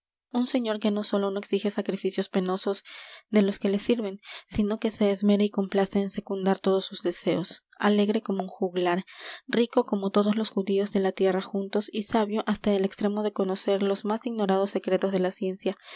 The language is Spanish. un señor que no sólo no exige sacrificios penosos de los que le sirven sino que se esmera y complace en secundar todos sus deseos alegre como un juglar rico como todos los judíos de la tierra juntos y sabio hasta el extremo de conocer los más ignorados secretos de la ciencia